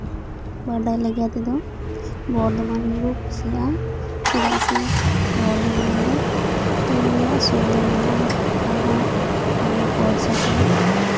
ᱵᱟᱰᱟᱭ ᱞᱮᱠᱟᱛᱮᱫᱚ ᱵᱚᱨᱫᱷᱚᱢᱟᱱ ᱜᱮᱠᱚ ᱠᱩᱥᱤᱭᱟᱜᱼᱟ ᱪᱮᱫᱟᱜ ᱥᱮ ᱵᱚᱨᱫᱷᱚᱢᱟᱱ ᱨᱮᱫᱚ ᱛᱟᱦᱮᱱ ᱨᱮᱭᱟᱜ ᱥᱩᱵᱤᱫᱷᱟ ᱢᱮᱱᱟᱜᱼᱟ ᱟᱨᱦᱚᱸ ᱠᱚᱢ ᱠᱷᱚᱨᱪᱟ ᱛᱮ